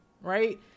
right